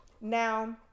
Now